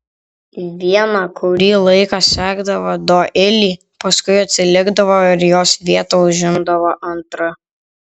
viena kurį laiką sekdavo doilį paskui atsilikdavo ir jos vietą užimdavo antra